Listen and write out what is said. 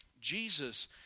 Jesus